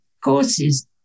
courses